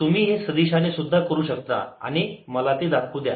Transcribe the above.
तुम्ही हे सदिशाने सुद्धा करू शकता आणि मला ते दाखवू द्या